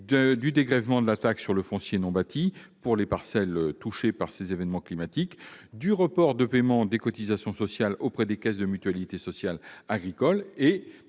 d'un dégrèvement de la taxe sur le foncier non bâti pour les parcelles touchées par ces événements climatiques et d'un report du paiement des cotisations sociales auprès des caisses de la mutualité sociale agricole.